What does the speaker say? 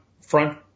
front